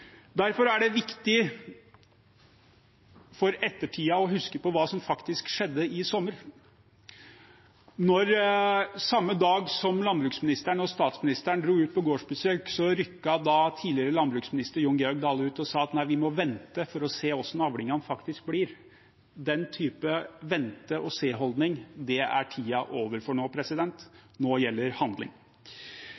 Derfor er det viktig for ettertiden å huske på hva som faktisk skjedde i sommer. Samme dag som landbruksministeren og statsministeren dro ut på gårdsbesøk, rykket tidligere landbruksminister Jon Georg Dale ut og sa at nei, vi må vente, for å se hvordan avlingene faktisk blir. Den type vente-og-se-holdning er tiden ute for nå, nå gjelder handling. Som saksordfører vil jeg avslutningsvis opplyse om at det er